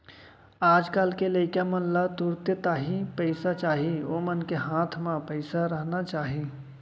आज कल के लइका मन ला तुरते ताही पइसा चाही ओमन के हाथ म पइसा रहना चाही